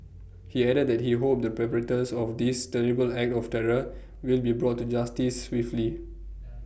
he added that he hoped the of this terrible act of terror will be brought to justice swiftly